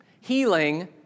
Healing